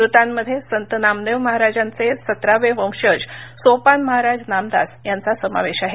मृतांमध्ये संत नामदेव महाराजांचे सतरावे वंशज सोपान महाराज नामदास यांचा समावेश आहे